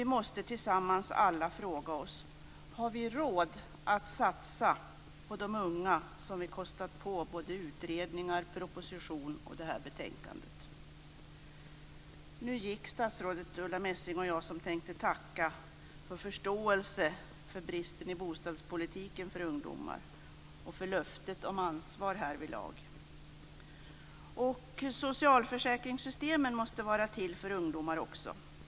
Vi måste alla tillsammans fråga oss: Har vi råd att satsa på de unga som vi nu kostat på utredning, proposition och det här betänkandet. Nu gick statsrådet Ulrica Messing. Och jag som tänkte tacka för förståelsen för bristen i bostadspolitiken för ungdomar och löftet om ansvar härvidlag. Socialförsäkringssystemen måste vara till för ungdomar också.